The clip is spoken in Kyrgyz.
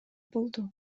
болду